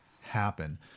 happen